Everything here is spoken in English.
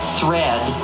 thread